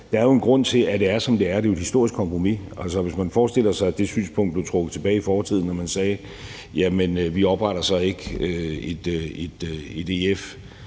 der er jo en grund til, at det er, som det er, og det er jo et historisk kompromis, og hvis man forestiller sig, at det synspunkt blev trukket tilbage i fortiden, hvor man sagde, at man så ikke opretter et EF,